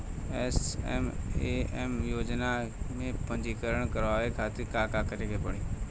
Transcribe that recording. SMAM योजना में पंजीकरण करावे खातिर का का करे के पड़ी?